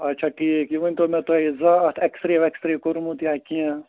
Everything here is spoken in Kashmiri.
اچھا ٹھیٖک یہِ ؤنۍتو مےٚ تۄہہِ زانٛہہ اَتھ اٮ۪کٕس رے وٮ۪کٕس رے کوٚرمُت یا کیٚنٛہہ